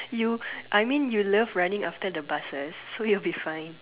you I mean you love running after the buses so you will be fine